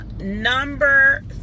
Number